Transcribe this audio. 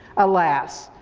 alas.